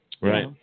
Right